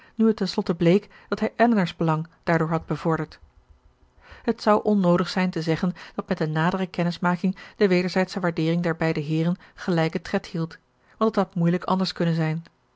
nu het ten slotte bleek dat hij elinor's belang daardoor had bevorderd het zou onnoodig zijn te zeggen dat met de nadere kennismaking de wederzijdsche waardeering der beide heeren gelijken tred hield want het had moeilijk anders kunnen zijn